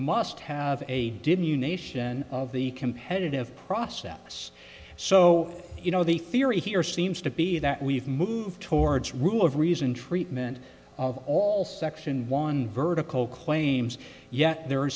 must have a didn't you nation of the competitive process so you know the theory here seems to be that we've moved towards rule of reason treatment of all section one vertical claims yet there